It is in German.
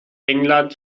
england